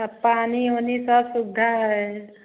सब पानी ऊनी का सुविधा है